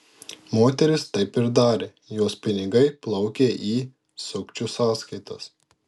moteris taip ir darė jos pinigai plaukė į sukčių sąskaitas